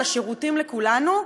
לשירותים לכולנו,